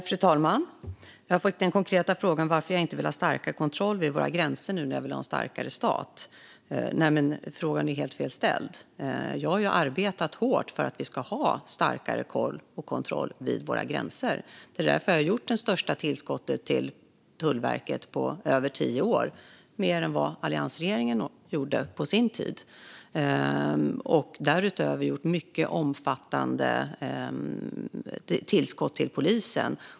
Fru talman! Jag fick den konkreta frågan varför jag inte vill ha starkare kontroller vid våra gränser nu när jag vill ha en starkare stat, men frågan är helt fel ställd. Jag har ju arbetat hårt för att vi ska ha starkare kontroll vid våra gränser. Det är därför vi har gett det största tillskottet till Tullverket på över tio år. Det är mer än vad alliansregeringen gjorde på sin tid. Därutöver har vi gett mycket omfattande tillskott till polisen.